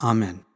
Amen